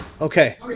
Okay